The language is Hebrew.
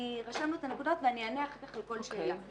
רשמנו את הנקודות ואני אענה אחר כך על כל שאלה.